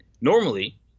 normally